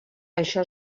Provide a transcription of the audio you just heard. això